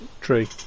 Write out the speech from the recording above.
Tree